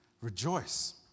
rejoice